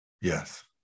Yes